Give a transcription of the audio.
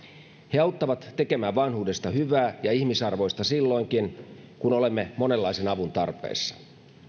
he auttavat tekemään vanhuudesta hyvää ja ihmisarvoista silloinkin kun olemme monenlaisen avun tarpeessa